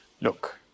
Look